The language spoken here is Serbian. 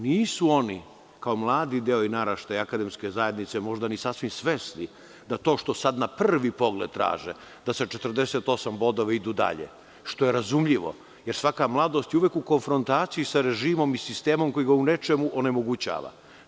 Nisu oni kao mladi deo naraštaja i akademske zajednice možda ni sasvim svesni da to što sada na prvi pogled traže, da sa 48 bodova idu dalje, što je razumljivo, jer svaka mladost je uvek u konfrontaciji sa režimom i sistemom koji ga u nečemu onemogućava.